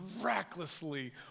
recklessly